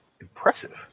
impressive